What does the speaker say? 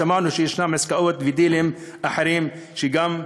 שמענו שיש עסקאות ודילים אחרים שגם הם